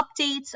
updates